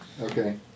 Okay